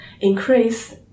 increase